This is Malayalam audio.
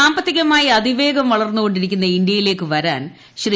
സാമ്പത്തികമായി അതിവേഗം വളർന്നുകൊണ്ടിരിക്കുന്ന ഇന്ത്യയിലേക്ക് വരാൻ ശ്രീ